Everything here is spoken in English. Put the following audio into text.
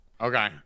Okay